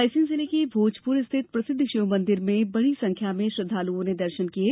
रायसेन जिले के भोजपुर स्थित प्रसिद्ध शिव मंदिर में बड़ी संख्या में श्रद्धालुओं ने दर्शन किये